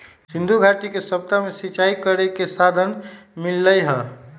सिंधुघाटी के सभ्यता में सिंचाई करे के साधन मिललई ह